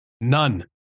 None